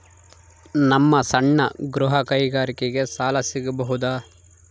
ನಮ್ಮ ಸಣ್ಣ ಗೃಹ ಕೈಗಾರಿಕೆಗೆ ಸಾಲ ಸಿಗಬಹುದಾ?